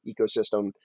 ecosystem